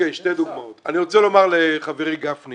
רוצה לומר לחברי גפני